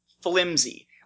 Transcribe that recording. flimsy